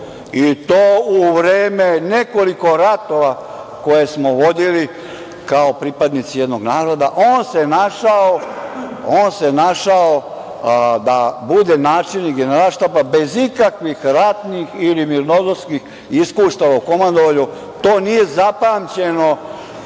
i to u vreme nekoliko ratova koje smo vodili kao pripadnici jednog naroda, on se našao da bude načelnik Generalštaba bez ikakvih ratnih ili mirnodopskih iskustava u komandovanju. To nije zapamćeno